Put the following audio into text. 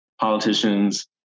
politicians